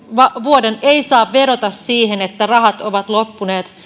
vuoden ei saa vedota siihen että rahat ovat loppuneet